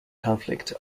conflict